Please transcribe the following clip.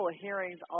hearings